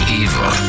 evil